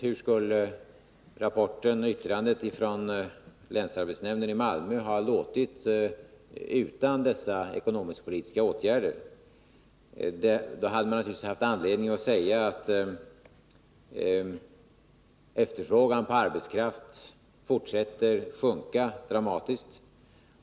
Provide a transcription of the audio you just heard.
Hur skulle yttrandet från länsarbetsnämnden i Malmö ha sett ut utan dessa ekonomisk-politiska åtgärder? Ja, då hade man naturligtvis haft anledning att säga att efterfrågan på arbetskraft fortsätter att sjunka dramatiskt.